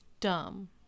dumb